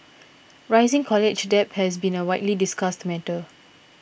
rising college debt has been a widely discussed matter